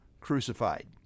crucified